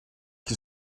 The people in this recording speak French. qui